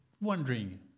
wondering